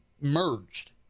merged